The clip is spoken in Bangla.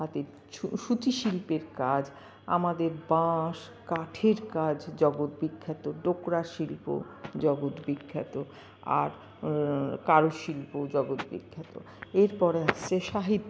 হাতের সূচি শিল্পের কাজ আমাদের বাঁশ কাঠের কাজ জগৎ বিখ্যাত ডোকরা শিল্প জগৎ বিখ্যাত আর কারুশিল্প জগৎ বিখ্যাত এরপরে আসছে সাহিত্য